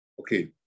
okay